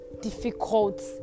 difficult